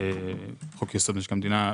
חוק-יסוד: משק המדינה,